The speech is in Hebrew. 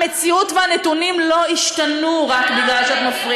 המציאות והנתונים לא השתנו, לא, לא.